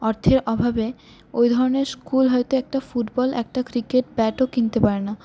অর্থের অভাবে ওই ধরনের স্কুল হয়ত একটা ফুটবল একটা ক্রিকেট ব্যাটও কিনতে পারে না